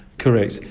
correct.